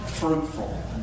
fruitful